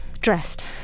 dressed